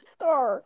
Star